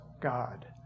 god